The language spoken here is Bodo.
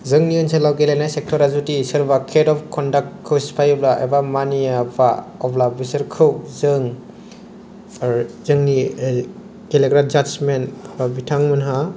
जोंनि ओनसोलाव गेलेनाय सेक्टरा जुदि सोरबा क'ड अफ कण्डाकखौ सिफायोब्ला एबा मानियाबा अब्ला बिसोरखौ जों ओ जोंनि गेलेग्रा जादजमेन बिथांमोनहा